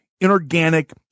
inorganic